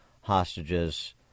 hostages